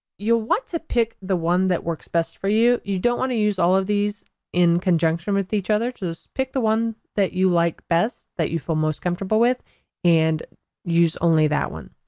you'll want to pick the one that works best for you, you don't want to use all of these in conjunction with each other just pick the one that you like best that you feel most comfortable with and use only that one.